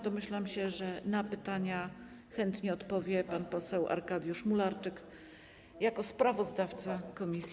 Domyślam się, że na pytania chętnie odpowie pan poseł Arkadiusz Mularczyk jako sprawozdawca komisji.